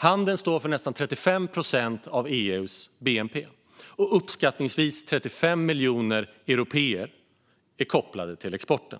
Handeln står för nästan 35 procent av EU:s bnp, och uppskattningsvis 35 miljoner européer är kopplade till exporten.